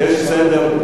יש סדר.